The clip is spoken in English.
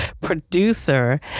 producer